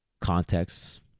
contexts